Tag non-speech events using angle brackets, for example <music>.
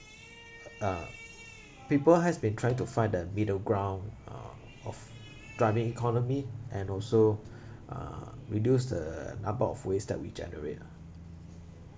uh people has been trying to find the middle ground uh of driving economy and also <breath> uh reduce the number of waste that we regenerate ah